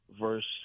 verse